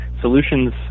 Solutions